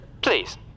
Please